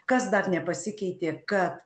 kas dar nepasikeitė kad